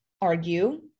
argue